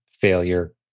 failure